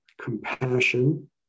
compassion